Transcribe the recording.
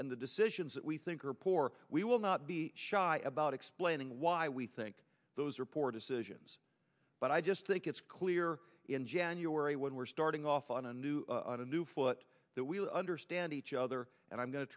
and the decisions that we think are poor we will not be shy about explaining why we think those report decisions but i just think it's clear in january when we're starting off on a new on a new foot that we will understand each other and i'm going to